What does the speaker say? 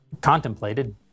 contemplated